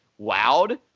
wowed